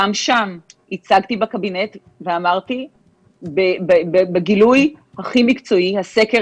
גם שם הצגתי בקבינט ואמרתי בגילוי הכי מקצועי: הסקר